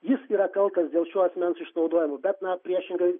jis yra kaltas dėl šio asmens išnaudojimo bet ne priešingai